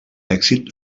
èxit